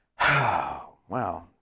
Wow